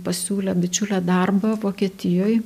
pasiūlė bičiulė darbą vokietijoj